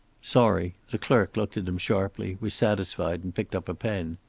sorry. the clerk looked at him sharply, was satisfied, and picked up a pen.